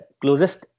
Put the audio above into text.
closest